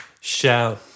shout